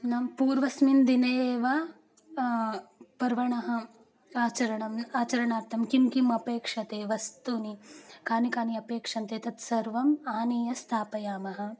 नाम पूर्वस्मिन् दिने एव पर्वणः आचरणम् आचरणार्थं किं किम् अपेक्षते वस्तूनि कानि कानि अपेक्षन्ते तत्सर्वम् आनीय स्थापयामः